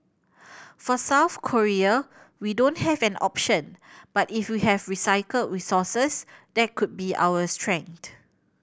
for South Korea we don't have an option but if we have recycled resources that could be our strength